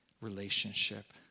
relationship